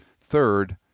Third